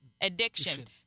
addiction